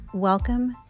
Welcome